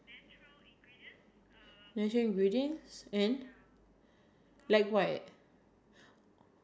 I think you extract the rose you throw it away then the water you put on your face I think maybe you can whiten it up